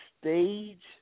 stage